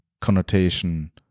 connotation